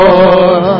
Lord